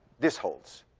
this holds.